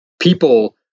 people